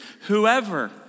Whoever